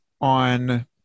on